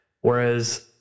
Whereas